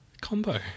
combo